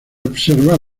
observar